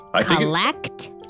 collect